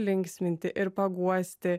linksminti ir paguosti